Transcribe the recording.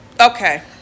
okay